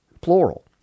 plural